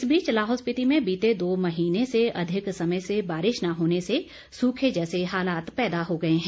इस बीच लाहौल स्पिति में बीते दो महीने से अधिक समय से बारिश न होने से सूखे जैसे हालात पैदा हो गए हैं